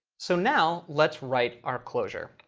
so now let's write our closure.